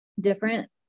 different